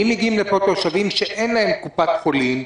אם מגיעים לפה תושבים שאין להם קופת חולים,